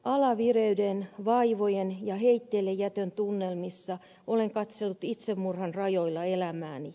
alavireyden vaivojen ja heitteillejätön tunnelmissa olen katsellut itsemurhan rajoilla elämääni